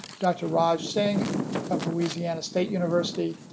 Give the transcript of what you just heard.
dr. raj singh of louisiana state university,